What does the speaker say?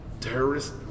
terrorist